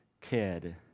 kid